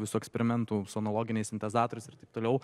visų eksperimentų su analoginiais sintezatoriais ir taip toliau